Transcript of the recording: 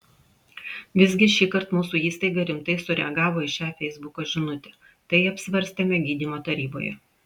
visgi šįkart mūsų įstaiga rimtai sureagavo į šią feisbuko žinutę tai apsvarstėme gydymo taryboje